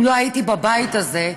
אם לא הייתי בבית הזה,